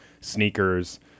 sneakers